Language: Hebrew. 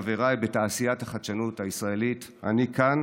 חבריי בתעשיית החדשנות הישראלית: אני כאן